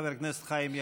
חבר הכנסת חיים ילין.